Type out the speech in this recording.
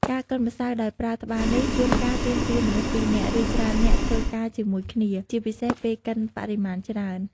ការកិនម្សៅដោយប្រើត្បាល់នេះ ជួនកាលទាមទារមនុស្សពីរនាក់ ឬច្រើននាក់ធ្វើការជាមួយគ្នា ជាពិសេសពេលកិនបរិមាណច្រើន។